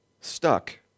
stuck